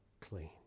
clean